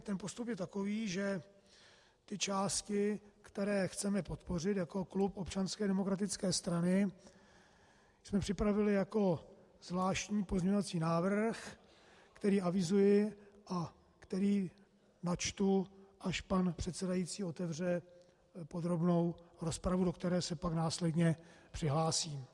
Ten postup je takový, že ty části, které chceme podpořit jako klub Občanské demokratické strany, jsme připravili jako zvláštní pozměňovací návrh, který avizuji a který načtu, až pan předsedající otevře podrobnou rozpravu, do které se pak následně přihlásím.